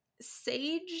sage